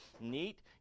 neat